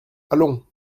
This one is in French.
allons